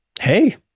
hey